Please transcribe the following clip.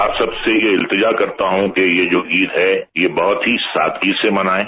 आप सब से यह इल्तजा करता हूं कि ये जो ईद है ये बहुत ही सादगी से मनाएं